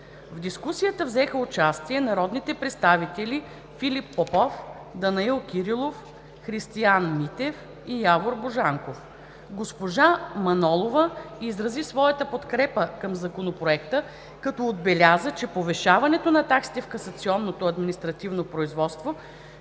В дискусията взеха участие народните представители Филип Попов, Данаил Кирилов, Христиан Митев и Явор Божанков. Госпожа Манолова изрази своята подкрепа към Законопроекта, като отбеляза, че повишаването на таксите в касационното административно производство